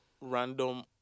random